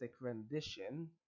rendition